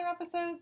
episodes